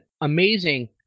amazing